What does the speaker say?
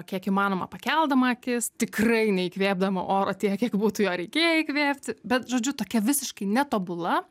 kiek įmanoma pakeldama akis tikrai neįkvėpdama oro tiek kiek būtų jo reikėję įkvėpti bet žodžiu tokia visiškai netobula